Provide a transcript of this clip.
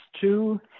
Two